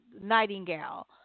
Nightingale*